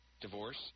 divorce